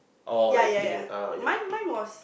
ya ya ya mine mine was